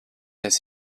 des